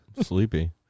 Sleepy